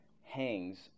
hangs